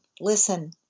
Listen